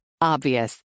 Obvious